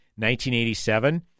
1987